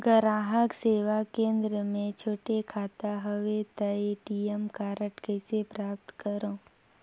ग्राहक सेवा केंद्र मे छोटे खाता हवय त ए.टी.एम कारड कइसे प्राप्त करव?